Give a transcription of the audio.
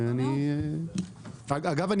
אגב,